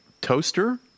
toaster